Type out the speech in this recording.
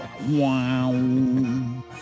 Wow